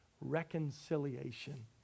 reconciliation